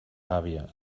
gàbia